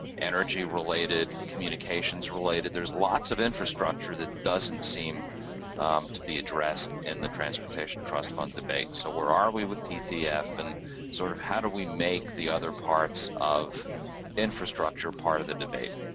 energy-related, communications-related, there's lots of infrastructure that doesn't seem to be addressed in the transportation trust fund debate. so where are we with ttf and sort of how do we make the other parts of infrastructure part of the debate?